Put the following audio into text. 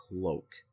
Cloak